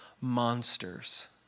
monsters